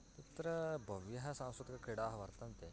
तत्र बह्व्यः सांस्कृतिकक्रीडाः वर्तन्ते